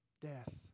death